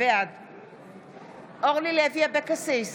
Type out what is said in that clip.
בעד אורלי לוי אבקסיס,